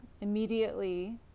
immediately